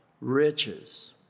riches